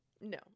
No